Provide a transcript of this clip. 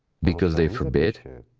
because they forbid?